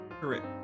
Correct